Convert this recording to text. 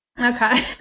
Okay